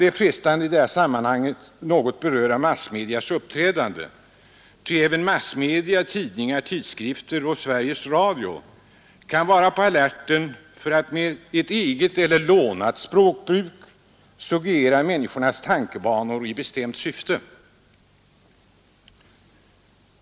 Det är frestande att i detta sammanhang något beröra massmedias uppträdande, ty även tidningar, tidskrifter och Sveriges Radio kan vara på alerten för att med ett eget eller lånat språkbruk suggerera människornas tankebanor i ett bestämt syfte.